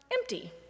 empty